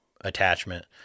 attachment